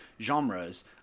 genres